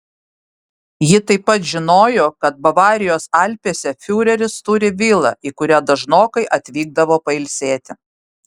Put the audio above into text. ji taip pat žinojo kad bavarijos alpėse fiureris turi vilą į kurią dažnokai atvykdavo pailsėti